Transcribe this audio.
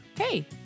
Hey